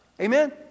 Amen